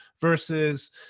versus